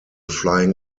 flying